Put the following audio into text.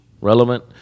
relevant